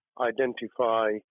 identify